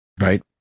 Right